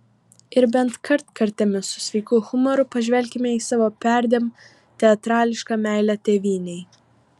ir bent kartkartėmis su sveiku humoru pažvelkime į savo perdėm teatrališką meilę tėvynei